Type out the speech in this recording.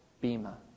Bema